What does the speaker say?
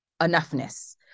enoughness